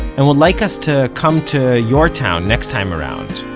and would like us to come to your town next time around,